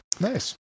nice